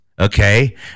Okay